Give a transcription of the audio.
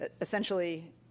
essentially